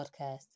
podcast